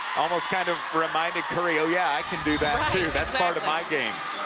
almost kind of reminded curry, yeah, i can do that that's part of my game.